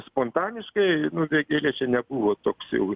spontaniškai nu vėgėlė čia nebuvo toks jau